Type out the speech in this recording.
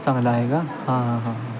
चांगलं आहे का हां हां हां हां